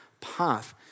path